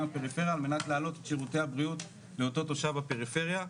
בפריפריה על מנת להעלות את שירותי הבריאות לאותו תושב בפריפריה.